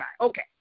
Okay